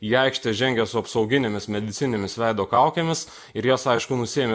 į aikštę žengė su apsauginėmis medicininėmis veido kaukėmis ir jas aišku nusiėmė